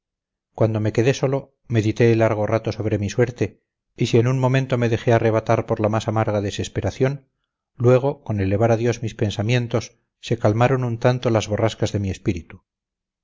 cuando me quedé solo medité largo rato sobre mi suerte y si en un momento me dejé arrebatar por la más amarga desesperación luego con elevar a dios mis pensamientos se calmaron un tanto las borrascas de mi espíritu